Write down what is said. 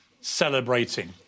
celebrating